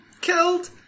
killed